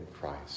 Christ